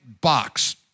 box